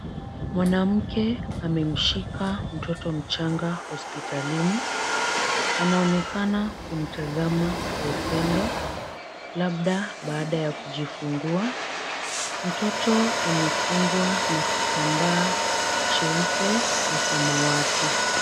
Mwanamke anamshika mtoto mchanga hospitalini. Anaonekana kumtazama kwa upendo labda baada ya kujifungua. Mtoto amefungwa na kitambaa cheupe na samawati.